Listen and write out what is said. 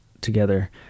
together